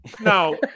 No